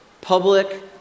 public